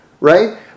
right